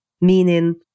Meaning